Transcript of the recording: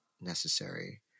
necessary